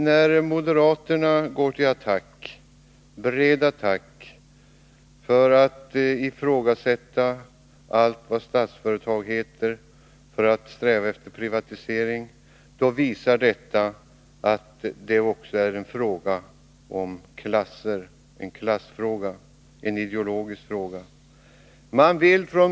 När moderaterna går till bred attack och ifrågasätter allt vad Statsföretag heter och eftersträvar privatisering, visar detta att det också rör sig om en klassfråga, en ideologisk fråga.